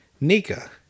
Nika